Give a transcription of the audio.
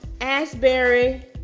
Asbury